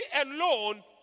alone